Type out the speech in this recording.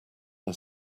are